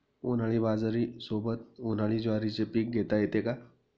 उन्हाळी बाजरीसोबत, उन्हाळी ज्वारीचे पीक घेता येते का?